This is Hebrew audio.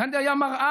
גנדי היה מראה